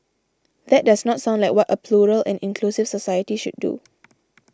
that does not sound like what a plural and inclusive society should do